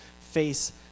face